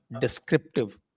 descriptive